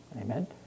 amen